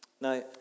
Now